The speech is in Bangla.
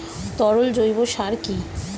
তরল জৈব সার কি?